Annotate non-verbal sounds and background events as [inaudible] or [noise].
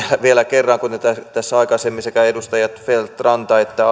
vielä kerran kun tässä aikaisemmin sekä edustajat feldt ranta adlercreutz että [unintelligible]